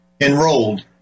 enrolled